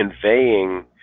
conveying